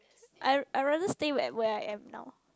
I I rather stay at where I am now